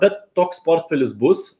bet toks portfelis bus